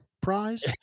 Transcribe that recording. prize